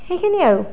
সেইখিনিয়ে আৰু